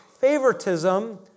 favoritism